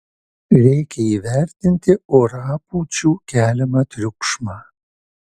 reikia įvertinti orapūčių keliamą triukšmą